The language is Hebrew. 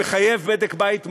המחייב בדק בית מעמיק.